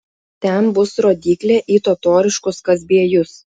ten bus rodyklė į totoriškus kazbiejus